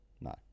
No